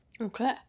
Okay